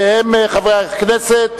שהם חברי הכנסת,